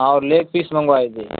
ہاں اور leg piece منگوائے جی